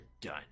done